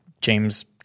James